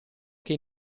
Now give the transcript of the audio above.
che